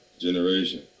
generation